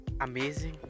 amazing